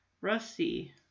Rusty